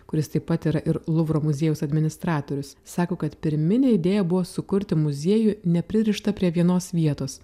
kuris taip pat yra ir luvro muziejaus administratorius sako kad pirminė idėja buvo sukurti muziejų nepririštą prie vienos vietos